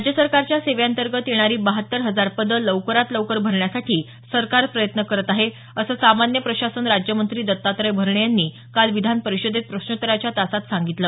राज्य सरकारच्या सेवेअंतर्गत येणारी बहात्तर हजार पदं लवकरात लवकर भरण्यासाठी सरकार प्रयत्न करत आहे असं सामान्य प्रशासन राज्यमंत्री दत्तात्रय भरणे यांनी काल विधान परिषदेत प्रश्नोत्तराच्या तासात सांगितलं